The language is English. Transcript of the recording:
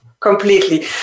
Completely